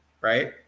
Right